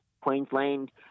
Queensland